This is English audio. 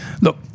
look